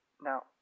Now